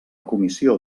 comissió